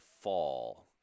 fall